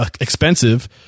expensive